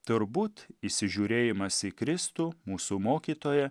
turbūt įsižiūrėjimas į kristų mūsų mokytoją